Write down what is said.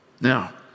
Now